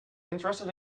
interested